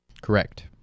Correct